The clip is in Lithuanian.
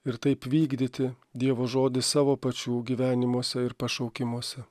ir taip vykdyti dievo žodį savo pačių gyvenimuose ir pašaukimuose